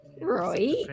Right